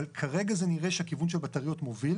כרגע זה נראה שהכיוון של בטריות מוביל.